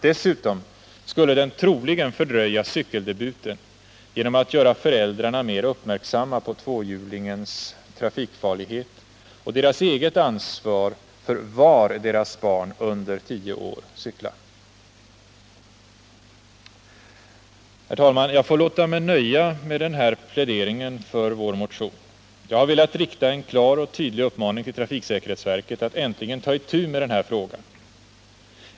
Dessutom skulle den troligen fördröja cykeldebuten genom att göra föräldrarna mer uppmärksamma på tvåhjulingens trafikfarlighet och deras eget ansvar för var deras barn under tio år cyklar. Herr talman! Jag får låta mig nöja med denna plädering för vår motion. Jag har velat rikta en klar och tydlig uppmaning till trafiksäkerhetsverket att äntligen ta itu med den här frågan.